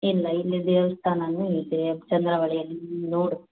ಇಲ್ಲ ಇಲ್ಲಿ ದೇವಸ್ಥಾನನೂ ಇದೆ ಚಂದ್ರವಳ್ಳಿಯಲ್ಲಿ ನೋಡ